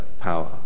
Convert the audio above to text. power